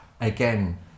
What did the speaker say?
Again